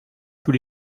tous